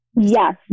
yes